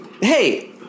hey